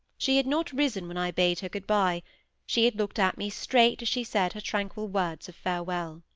she had not risen when i bade her good-by she had looked at me straight as she said her tranquil words of farewell.